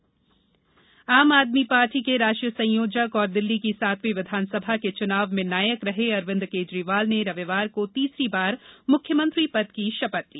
केजरीवाल शपथ आम आदमी पार्टी के राष्ट्रीय संयोजक और दिल्ली की सातवीं विधानसभा के चुनाव में नायक रहे अरविन्द केजरीवाल ने रविवार को तीसरी वार मुख्यमंत्री पद की शपथ ली